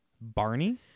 Barney